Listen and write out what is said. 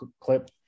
clip